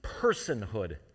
personhood